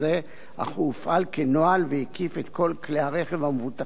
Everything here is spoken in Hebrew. אך הוא הופעל כנוהל והקיף את כל כלי הרכב המבוטחים בלבד.